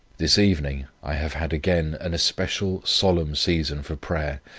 this evening i have had again an especial solemn season for prayer,